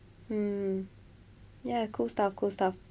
mm ya cool stuff cool stuff